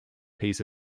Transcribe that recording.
piece